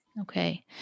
Okay